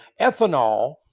Ethanol